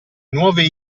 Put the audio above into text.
nuove